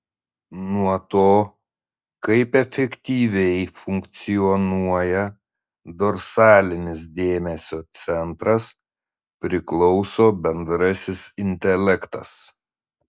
nuo to kaip efektyviai funkcionuoja dorsalinis dėmesio centras priklauso bendrasis intelektas